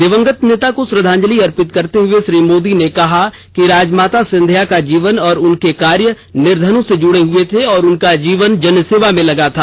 दिवंगत नेता को श्रद्धांजलि अर्पित करते हुए श्री मोदी ने कहा कि राजमाता सिंधिया का जीवन और उनके कार्य निर्धनों से जड़े हए थे और उनका जीवन जनसेवा में लगा था